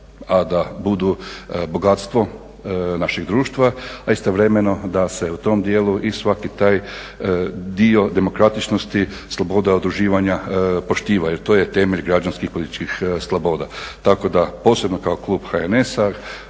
a da budu bogatstvo našeg društva a istovremeno da se u tom dijelu i svaki taj dio demokratičnosti, slobode udruživanja poštivaju to je temelj građanskih i političkih sloboda. Tako da posebno kao klub HNS-a